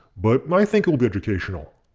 but i think it will be educational.